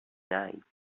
knights